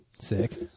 Sick